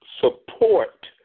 support